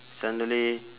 suddenly